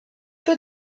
peu